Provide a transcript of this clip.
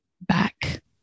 back